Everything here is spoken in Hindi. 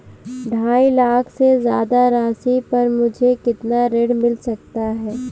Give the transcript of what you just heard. ढाई लाख से ज्यादा राशि पर मुझे कितना ऋण मिल सकता है?